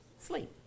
sleep